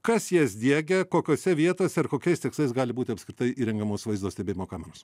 kas jas diegia kokiose vietose ir kokiais tikslais gali būti apskritai įrengiamos vaizdo stebėjimo kameros